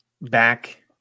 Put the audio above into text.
back